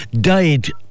died